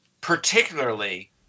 particularly